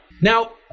Now